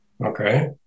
Okay